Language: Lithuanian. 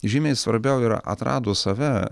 žymiai svarbiau yra atradus save